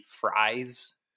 fries